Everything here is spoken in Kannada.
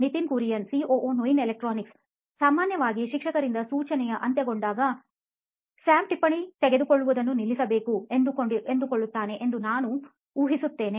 ನಿತಿನ್ ಕುರಿಯನ್ ಸಿಒಒ ನೋಯಿನ್ ಎಲೆಕ್ಟ್ರಾನಿಕ್ಸ್ ಸಾಮಾನ್ಯವಾಗಿ ಶಿಕ್ಷಕರಿಂದ ಸೂಚನೆಯ ಅಂತ್ಯಗೊಂಡಾಗ ಸ್ಯಾಮ್ ಟಿಪ್ಪಣಿತೆಗೆದುಕೊಳ್ಳುವುದನ್ನು ನಿಲ್ಲಿಸಬೇಕು ಎಂದುಕೊಳ್ಳುತ್ತಾನೆ ಎಂದು ನಾನು ಊಹಿಸುತ್ತೇನೆ